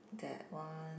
that one